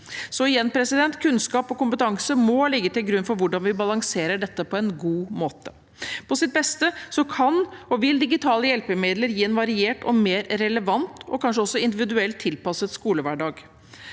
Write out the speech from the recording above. Så igjen: Kunnskap og kompetanse må ligge til grunn for hvordan vi balanserer dette på en god måte. På sitt beste kan og vil digitale hjelpemidler gi en variert, mer relevant og kanskje også mer individuelt tilpasset skolehverdag.